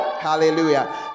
Hallelujah